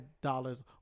dollars